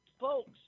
Folks